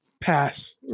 Pass